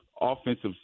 offensive